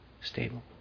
stable